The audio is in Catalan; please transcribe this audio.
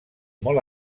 molt